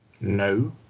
No